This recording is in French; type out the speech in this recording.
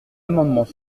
amendement